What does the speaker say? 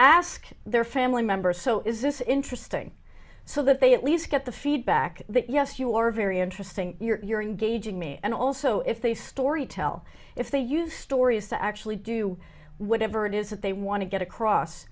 ask their family members so is this interesting so that they at least get the feedback that yes you are very interesting you're engaging me and also if they story tell if they use stories to actually do whatever it is that they want to get across